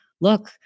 look